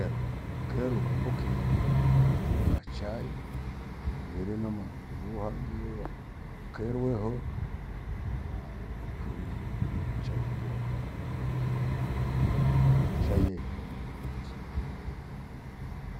Ero, kheru ukambukia urugho ka chai, kangire na marughu hangio naokwereho, hai nifurie nnywe chai ikerola kha- khalongeluni chai iheke romofurisa.